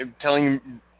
telling